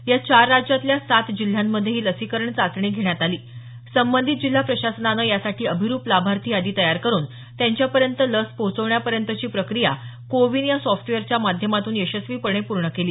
या चार राज्यातल्या सात जिल्ह्यांमध्ये ही लसीकरण चाचणी घेण्यात आली संबंधित जिल्हा प्रशासनानं यासाठी अभिरुप लाभार्थी यादी तयार करून त्यांच्यापर्यंत लस पोहोचवण्यापर्यंतची प्रक्रिया को विन या सॉफ्टवेयरच्या माध्यमातून यशस्वीपणे पूर्ण केली